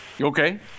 Okay